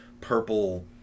purple